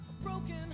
broken